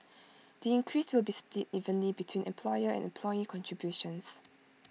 the increase will be split evenly between employer and employee contributions